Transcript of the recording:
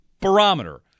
barometer